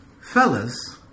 Fellas